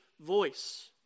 voice